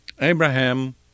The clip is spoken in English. Abraham